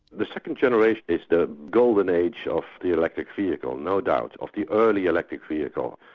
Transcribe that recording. the second generation is the golden age of the electric vehicle, no doubt, of the early electric vehicle.